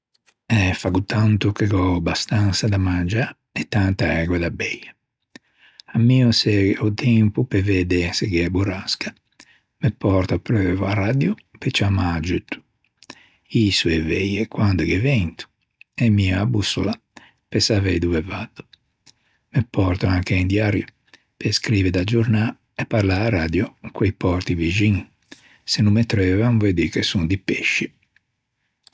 Eh, faggo tanto che gh'ò abastansa da mangiâ e tanta ægua da beie. Ammio o tempo pe vedde se gh'é borrasca, me pòrto apreuo a radio pe ciammâ aggiutto, ïso e veie quande gh'é vento e ammio a bussola pe savei dove vaddo. Me pòrto anche un diario pe scrive da giornâ e parlo a-a radio co-i pòrti vixin. Se no me treuvan veu dî che son di pesci.